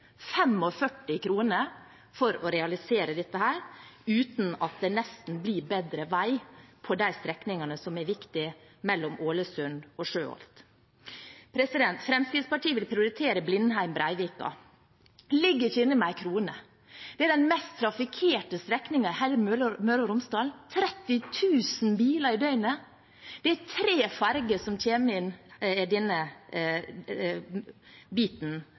for å realisere dette, nesten uten at det blir bedre vei på de strekningene som er viktige mellom Ålesund og Sjøholt. Fremskrittspartiet vil prioritere Blindheim–Breivika. Det ligger ikke inne med en krone. Det er den mest trafikkerte strekningen i hele Møre og Romsdal – 30 000 biler i døgnet. Det er tre ferger som kommer inn i denne biten.